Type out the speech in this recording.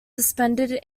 suspended